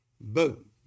Boom